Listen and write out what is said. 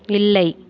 இல்லை